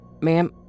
Ma'am